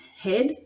head